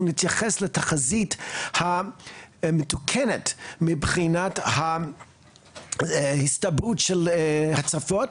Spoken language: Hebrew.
להתייחס לתחזית המתוקנת מבחינת ההסתברות של הצפות,